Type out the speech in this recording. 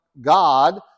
God